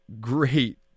great